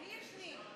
אני יֶשני.